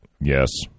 yes